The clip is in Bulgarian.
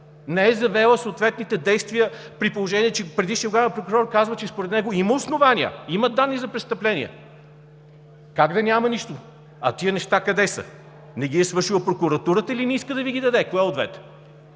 не е завела съответните действия, при положение че предишният главен прокурор казва, че според него има основания, има данни за престъпления?! Как да няма нищо? А тези неща къде са? Не ги е свършила прокуратурата или не иска да Ви ги даде – кое от двете?